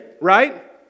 right